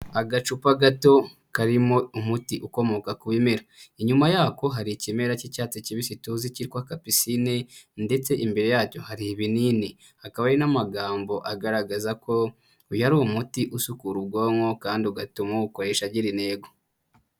Agacupa gato karimo umuti ukomoka ku bimera inyuma yako hari ikimera cy'icyatsi kibisi ituze cyitwa kapisinine ndetse imbere yacyo hari ibinini hakaba hari n'amagambo agaragaza ko uyu ari umuti usukura ubwonko kandi ugatuma uwukoresha agira intego.